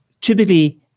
typically